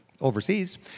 overseas